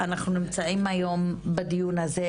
אנחנו נמצאים היום בדיון הזה,